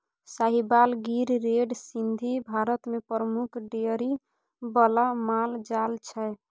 Sahiwal, Gir, red Sindhi Bharat मे प्रमुख dairy बला माल जाल छै